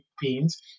beans